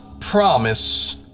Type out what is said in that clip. promise